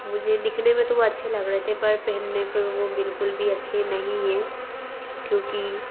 मुझे दिखने में तो वो अच्छे लग रहे थे पर पहेनने पर वो बिल्कुल भी अच्छे नही हैं क्योंकि